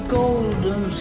golden